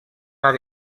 are